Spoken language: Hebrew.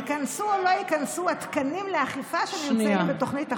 ייכנסו או לא ייכנסו התקנים לאכיפה שנמצאים בתוכנית החומש?